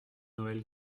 noël